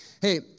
Hey